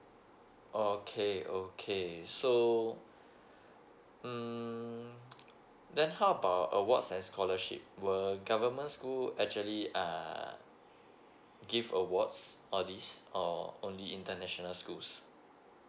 okay okay so um then how about awards and scholarship were government school actually uh give awards all this or only international schools